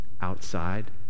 outside